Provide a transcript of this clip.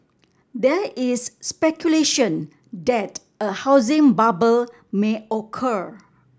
there is speculation that a housing bubble may occur